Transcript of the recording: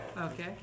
Okay